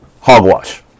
hogwash